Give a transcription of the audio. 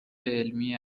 عملی